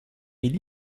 mille